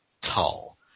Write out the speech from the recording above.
tall